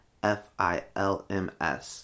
f-i-l-m-s